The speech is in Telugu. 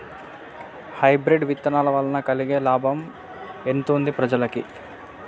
హైబ్రిడ్ విత్తనాల వలన కలిగే లాభం ఎంతుంది ప్రజలకి?